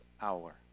hour